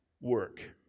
work